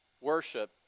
worship